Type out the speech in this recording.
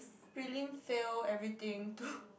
prelim fail everything to